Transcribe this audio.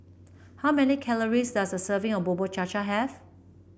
how many calories does a serving of Bubur Cha Cha have